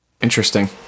Interesting